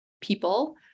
people